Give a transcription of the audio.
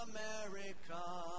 America